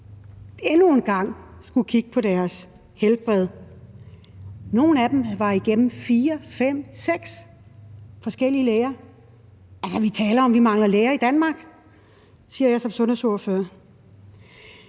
endnu en gang skulle kigge på deres helbred. Nogle af dem var igennem 4-5-6 forskellige læger – og vi taler om, at vi mangler læger i Danmark, siger jeg som sundhedsordfører.